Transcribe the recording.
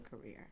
career